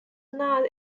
not